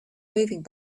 moving